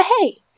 hey